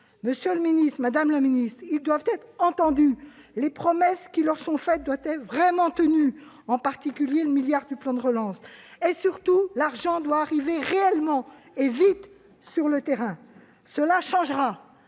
Monsieur le secrétaire d'État, madame la ministre, ils doivent être entendus : les promesses qui leur sont faites doivent être vraiment tenues, en particulier le milliard d'euros du plan de relance ; et surtout, l'argent doit parvenir réellement et vite sur le terrain. Cela changera